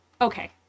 Okay